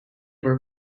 were